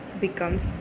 becomes